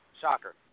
Shocker